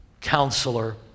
Counselor